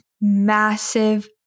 massive